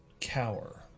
cower